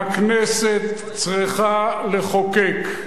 והכנסת צריכה לחוקק.